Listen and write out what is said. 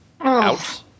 out